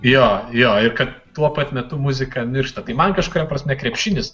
jo jo ir kad tuo pat metu muzika miršta tai man kažkuria prasme krepšinis